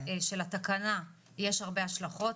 אוסיף שלתקנה יש לזה הרבה השלכות.